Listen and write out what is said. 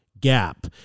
gap